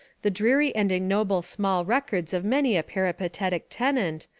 the dreary and ignoble small records of many a peripatetic tenant,